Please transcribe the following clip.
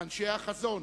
לאנשי החזון,